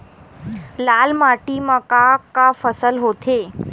लाल माटी म का का फसल होथे?